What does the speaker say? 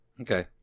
okay